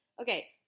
Okay